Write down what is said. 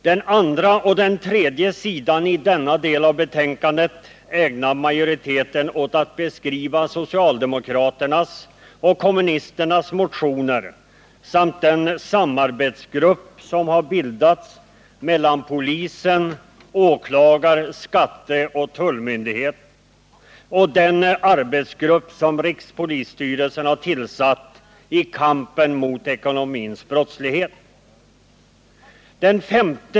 | Den andra och den tredje sidan i denna del av betänkandet ägnar majoriteten åt att beskriva socialdemokraternas och kommunisternas motioner samt den samarbetsgrupp som bildats mellan polisen, åklagar-, skatteoch tullmyndigheten samt den arbetsgrupp som rikspolisstyrelsen tillsatt, i kampen mot ekonomisk brottslighet.